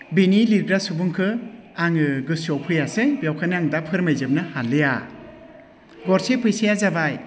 बिनि लिरग्रा सुबुंखौ आङो गोसोआव फैयासै बेखायनो आं दा फोरमायजोबनो हालिया गरसे फैसाया जाबाय